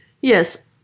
Yes